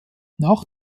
nach